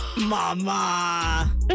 Mama